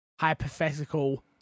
hypothetical